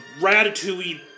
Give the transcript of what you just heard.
Ratatouille